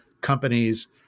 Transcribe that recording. companies